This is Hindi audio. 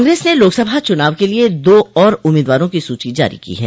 कांग्रेस ने लोकसभा चुनाव के लिए दो और उम्मीदवारों की सूची जारी की है